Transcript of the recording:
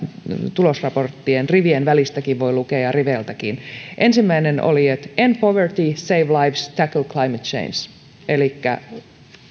tulosraporttien rivien välistäkin voi lukea ja riveiltäkin ensimmäinen oli että end poverty sitten save lives ja tackle climate change elikkä